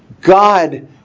God